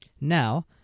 Now